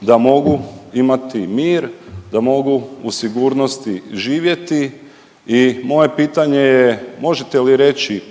da mogu imati mir, da mogu u sigurnosti živjeti i moje pitanje je, možete li reći